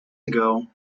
ago